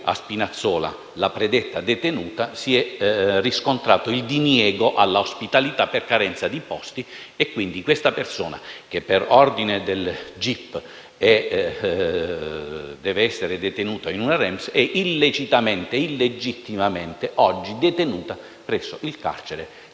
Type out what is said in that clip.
a Spinazzola la predetta detenuta, si è riscontrato il diniego all'ospitalità per carenza di posti e, quindi, questa persona che, per ordine del gip, deve essere detenuta in una REMS, oggi è illegittimamente detenuta presso il carcere